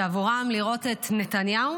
שבעבורם לראות את נתניהו,